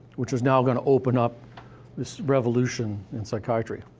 which is now gonna open up this revolution in psychiatry.